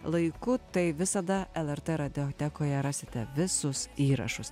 laiku tai visada lrt radijotekoje rasite visus įrašus